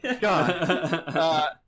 God